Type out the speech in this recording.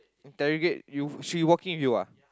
interrogate you she working with you ah